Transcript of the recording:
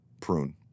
Prune